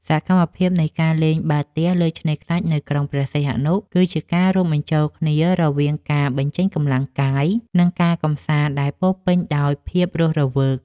សកម្មភាពនៃការលេងបាល់ទះលើឆ្នេរខ្សាច់នៅក្រុងព្រះសីហនុ គឺជាការរួមបញ្ចូលគ្នារវាងការបញ្ចេញកម្លាំងកាយ និងការកម្សាន្តដែលពោរពេញដោយភាពរស់រវើក។